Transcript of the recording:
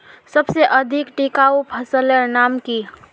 सबसे अधिक टिकाऊ फसलेर नाम की?